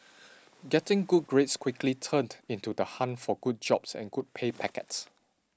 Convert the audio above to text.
getting good grades quickly turned into the hunt for good jobs and good pay packets